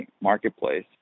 marketplace